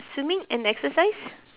swimming an exercise